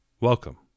Welcome